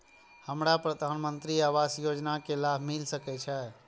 हमरा प्रधानमंत्री आवास योजना के लाभ मिल सके छे?